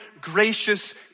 gracious